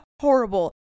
horrible